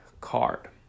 card